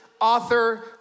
author